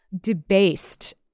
debased